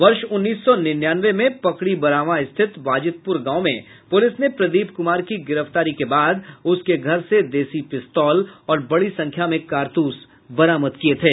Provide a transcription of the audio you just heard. वर्ष उन्नीस सौ निन्यानवे में पकरीबरावां स्थित बाजितपुर गांव में पूलिस ने प्रदीप कुमार की गिरफ्तारी के बाद उसके घर से देशी पिस्तौल और बड़ी संख्या में कारतूस बरामद किये थे